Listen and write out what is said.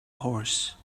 horse